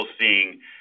seeing